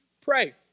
pray